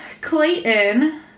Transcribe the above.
Clayton